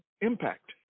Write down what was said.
impact